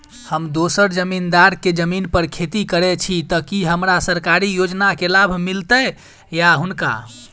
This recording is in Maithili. हम दोसर जमींदार केँ जमीन पर खेती करै छी तऽ की हमरा सरकारी योजना केँ लाभ मीलतय या हुनका?